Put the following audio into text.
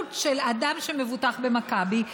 בעלות של אדם שמבוטח במכבי.